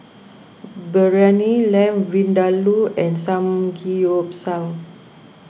Biryani Lamb Vindaloo and Samgeyopsal